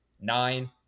nine